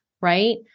Right